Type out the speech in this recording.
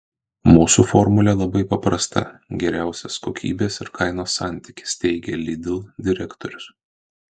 mūsų formulė labai paprasta geriausias kokybės ir kainos santykis teigė lidl direktorius